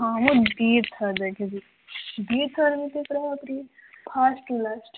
ହଁ ମୁଁ ଦୁଇଥର ଦେଖିଛି ଦୁଇଥରଯାକ ପୁରାପୁରି ଫାଷ୍ଟରୁ ଲାଷ୍ଟ